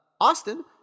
Austin